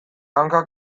hankak